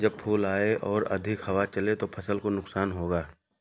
जब फूल आए हों और अधिक हवा चले तो फसल को नुकसान होगा?